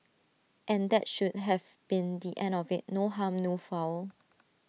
and that should have been the end of IT no harm no foul